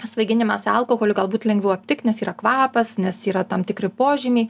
svaiginimąsi alkoholiu galbūt lengviau aptikt nes yra kvapas nes yra tam tikri požymiai